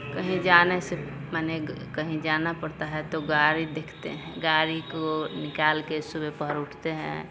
कहीं जाने से माने कहीं जाना पड़ता है तो गाड़ी देखते हैं गाड़ी को निकाल कर सुबह पहर उठते हैं